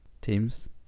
teams